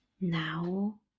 now